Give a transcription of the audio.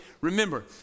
Remember